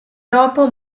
dopo